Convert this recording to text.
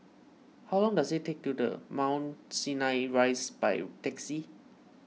how long does it take to the Mount Sinai Rise by taxi